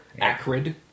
Acrid